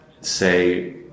say